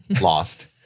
lost